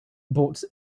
bought